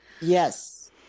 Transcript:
Yes